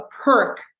perk